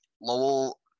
Lowell